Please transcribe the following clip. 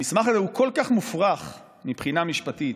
המסמך הזה הוא כל כך מופרך מבחינה משפטית,